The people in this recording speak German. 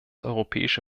europäische